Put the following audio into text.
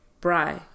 Bry